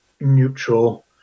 neutral